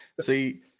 See